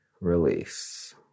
release